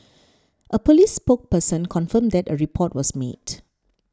a police spoke person confirmed that a report was made